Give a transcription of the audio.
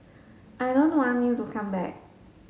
I don't want you to come back